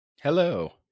hello